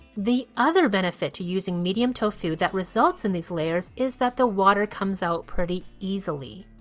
the other benefit to using medium tofu that results in these layers is that the water comes out pretty easily.